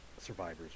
Survivors